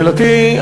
שאלתי,